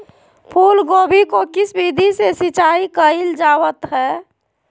फूलगोभी को किस विधि से सिंचाई कईल जावत हैं?